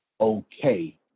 okay